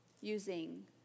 using